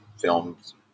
films